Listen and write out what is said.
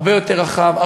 הרבה יותר רחב,